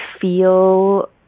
feel